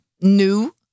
new